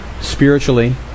spiritually